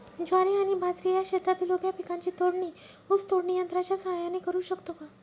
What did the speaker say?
ज्वारी आणि बाजरी या शेतातील उभ्या पिकांची तोडणी ऊस तोडणी यंत्राच्या सहाय्याने करु शकतो का?